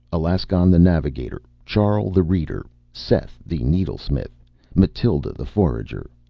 alaskon the navigator, charl the reader, seth the needlesmith mathild the forager,